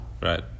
Right